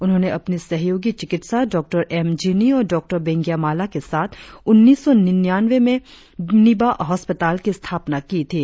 उन्होंने अपने सहयोगी चिकित्सा डॉ एम जिनी और और डॉ बेंगिया माला के साथ उन्नीस सौ निन्यानवें में निबा अस्पताल की स्थापना की थी